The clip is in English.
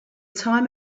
time